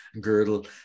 girdle